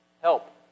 help